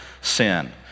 sin